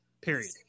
Period